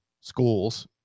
schools